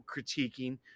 critiquing